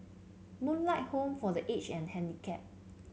Moonlight Home for The Aged and Handicapped